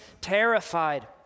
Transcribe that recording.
terrified